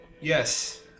Yes